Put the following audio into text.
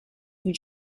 new